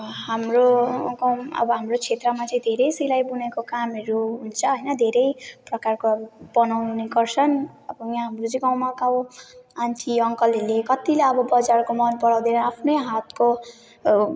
हाम्रो गाउँ अब हाम्रो क्षेत्रमा चाहिँ धेरै सिलाइबुनाइको कामहरू हुन्छ होइन धेरै प्रकारको अब बनाउने गर्छन् अब यहाँ हाम्रो चाहिँ गाउँमा का आन्टी अङ्कलहरूले कत्तिले अब बजारको मन पराउँदैन आफ्नै हातको